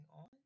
on